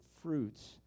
fruits